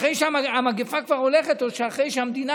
אחרי שהמגפה כבר הולכת או אחרי שהמדינה